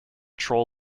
troll